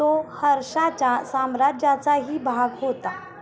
तो हर्षाच्या साम्राज्याचाही भाग होता